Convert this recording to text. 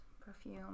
perfume